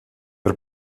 per